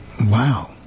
Wow